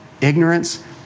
ignorance